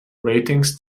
ratings